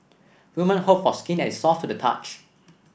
women hope for skin that is soft to the touch